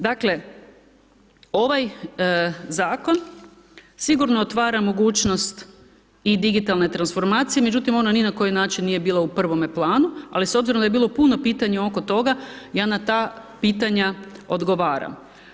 Dakle, ovaj zakon sigurno otvara mogućnost i digitalne transformacije, međutim ona ni na koji način nije bila prvome planu, ali s obzirom da je bilo puno pitanja oko toga, ja na ta pitanja odgovaram.